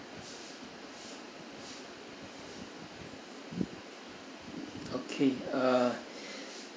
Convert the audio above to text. okay uh